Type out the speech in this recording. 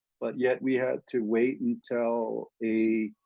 but yet we had to wait until a